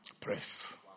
Press